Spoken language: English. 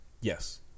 Yes